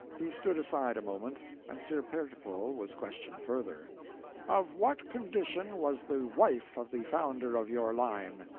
he stood aside a moment, and sir pertipole was questioned further of what condition was the wife of the founder of your line?